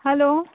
hello